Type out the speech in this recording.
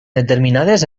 determinades